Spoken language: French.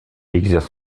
exerce